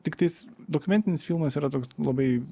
tiktais dokumentinis filmas yra toks labai